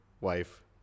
wife